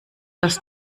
das